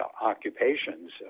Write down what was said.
occupations